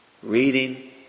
reading